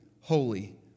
holy